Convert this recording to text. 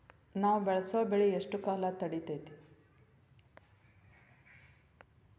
ನಾವು ಬೆಳಸೋ ಬೆಳಿ ಎಷ್ಟು ಕಾಲ ತಡೇತೇತಿ?